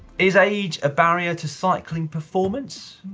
is age a barrier to cycling performance?